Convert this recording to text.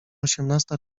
osiemnasta